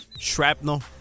Shrapnel